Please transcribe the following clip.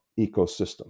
ecosystem